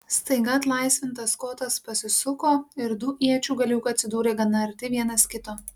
staiga atlaisvintas kotas pasisuko ir du iečių galiukai atsidūrė gana arti vienas kito